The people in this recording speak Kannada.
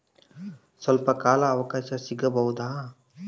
ಸ್ವಲ್ಪ ಕಾಲ ಅವಕಾಶ ಸಿಗಬಹುದಾ?